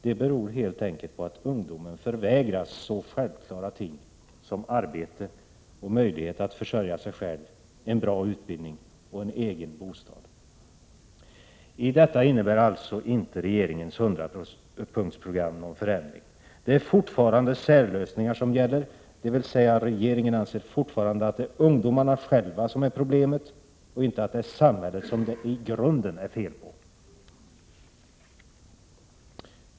De beror helt enkelt på att ungdomen förvägras så självklara ting som arbete och möjlighet att försörja sig själv, en bra utbildning och en egen bostad. Här innebär alltså regeringens 100-punktsprogram inte någon förändring. Det är fortfarande särlösningar som gäller, dvs. regeringen anser fortfarande att det är ungdomarna själva som är problemet och inte att det är samhället som det i grunden är fel på.